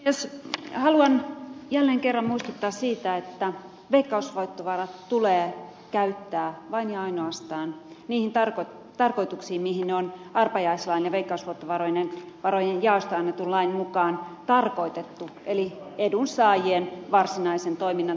jos haluan jälleen kerran muistuttaa siitä että veikkausvoittovarat tulee käyttää vain ja ainoastaan niin tarkat tarkoituksiin niihin on arpajaislain eri kasvot varenne varojen jaosta annetun lain mukaan tarkoitettu eli edunsaajien varsinaisen toiminnan